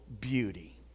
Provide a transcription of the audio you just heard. beauty